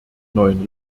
neuen